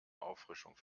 auffrischung